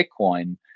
Bitcoin